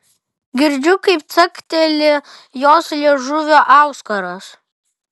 girdžiu kaip cakteli jos liežuvio auskaras